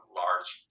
large